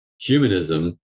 humanism